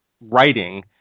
writing